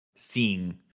seeing